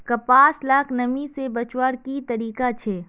कपास लाक नमी से बचवार की तरीका छे?